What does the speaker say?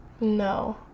No